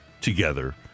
together